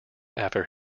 after